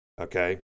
Okay